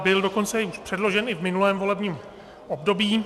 Byl dokonce předložen i v minulém volebním období.